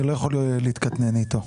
אני לא יכול להתקטנן איתו.